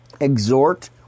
exhort